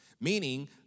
Meaning